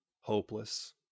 Hopeless